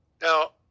Now